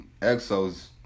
Exos